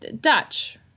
Dutch